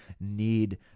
need